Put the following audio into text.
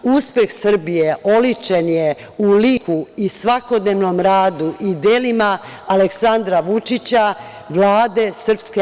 Uspeh Srbije oličen je u liku i svakodnevnom radu i delima Aleksandra Vučića, Vlade SNS.